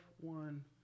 one